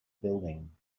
building